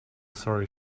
sorry